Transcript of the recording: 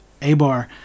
Abar